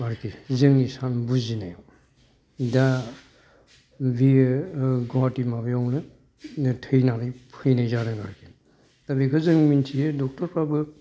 आरोखि जोंनि बुजिनायाव दा बेयो गुवाहाटि माबायावनो थैनानै फैनाय जादों आरोखि दा बेखौ जों मोनथियो डक्ट'रफ्राबो